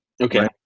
okay